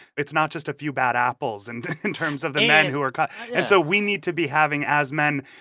it's not just a few bad apples. and. in terms of the men who are caught yeah and so we need to be having, as men,